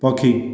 ପକ୍ଷୀ